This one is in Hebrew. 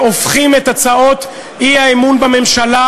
שהופכים את הצעות האי-אמון בממשלה